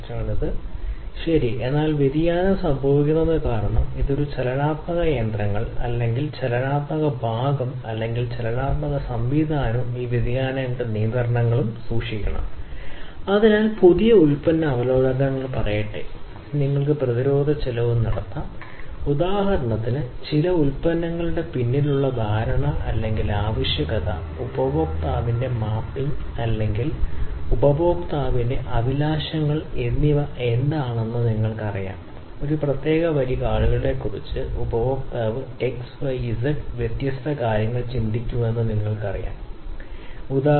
system രൂപകൽപ്പനയെക്കുറിച്ച് സംസാരിക്കുമ്പോൾ അത് നിങ്ങൾക്കറിയാമെന്ന് അദ്ദേഹം അർത്ഥമാക്കുമ്പോൾ അത് പ്രക്രിയയാണ് ഒരു അടിസ്ഥാന ഫംഗ്ഷണൽ പ്രോട്ടോടൈപ്പ് ഡിസൈൻ നിർമ്മിക്കുന്നതിന് ശാസ്ത്രീയ അറിവ് പ്രയോഗിക്കുന്നതിനുള്ള ഇപ്പോൾ ഈ ഘട്ടത്തിൽ പുതിയതോ മെച്ചപ്പെട്ടതോ ആയ ആശയങ്ങൾ നൽകുന്നതിനായി ആശയങ്ങളും രീതികളും സമന്വയിപ്പിച്ചിരിക്കുന്നു ഉപഭോക്താവിന്റെ ഉൽപ്പന്നങ്ങൾ അതായത് അടിസ്ഥാന ഡിസൈൻ ആശയം ഈ സമയത്ത് സ്ഥാപിച്ചു ഭാഗങ്ങൾ മെറ്റീരിയലുകൾ ഉപസെംബ്ലികൾ എന്നിവ തിരഞ്ഞെടുക്കുന്നതുൾപ്പെടെയുള്ള ഘട്ടം പുറത്തേക്ക്